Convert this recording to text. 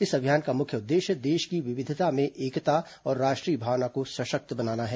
इस अभियान का मुख्य उद्देश्य देश की विविधता में एकता और राष्ट्रीय भावना को सशक्त बनाना है